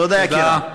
תודה, יקירה.